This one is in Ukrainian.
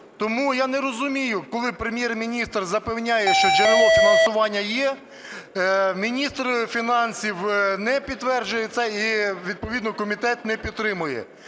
Тому я не розумію, коли Прем’єр-міністр запевняє, що джерело фінансування є, міністр фінансів не підтверджує це, і відповідно комітет не підтримує.